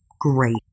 Great